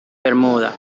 bermuda